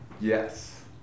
Yes